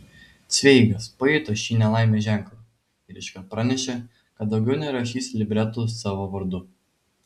cveigas pajuto šį nelaimės ženklą ir iškart pranešė kad daugiau nerašys libretų savo vardu